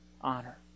honor